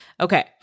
Okay